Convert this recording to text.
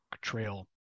Trail